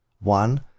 One